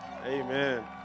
Amen